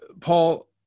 Paul